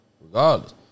regardless